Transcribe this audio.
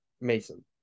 Mason